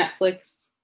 Netflix